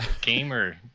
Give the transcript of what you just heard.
gamer